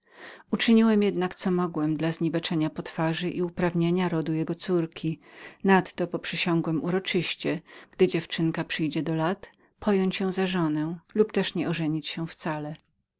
uczyniłem jednak co mogłem dla zniweczenia potwarzy i uprawnienia rodu jego córki nadto poprzysiągłem uroczyście gdy dziewczynka przyjdzie do lat pojąć ją za żonę po dopełnieniu tego obowiązku osądziłem że